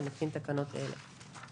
אני מתקין תקנות אלה: